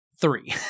three